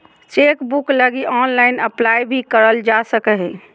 chequebook लगी online apply भी करल जा सको हइ